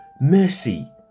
mercy